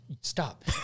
stop